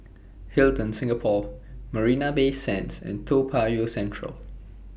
Hilton Singapore Marina Bay Sands and Toa Payoh Central